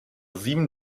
sieben